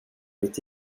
mitt